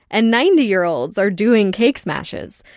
and ninety-year-olds are doing cake smashes.